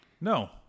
No